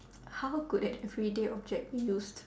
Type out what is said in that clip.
how could an everyday object be used